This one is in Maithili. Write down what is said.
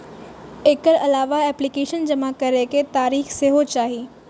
एकर अलावा एप्लीकेशन जमा करै के तारीख सेहो चाही